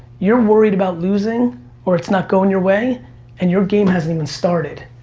you're worried about losing or it's not going your way and your game hasn't even started.